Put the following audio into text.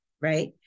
right